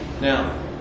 Now